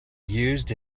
used